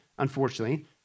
Unfortunately